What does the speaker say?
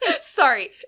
Sorry